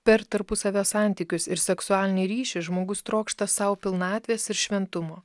per tarpusavio santykius ir seksualinį ryšį žmogus trokšta sau pilnatvės ir šventumo